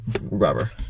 Rubber